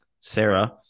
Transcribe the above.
Sarah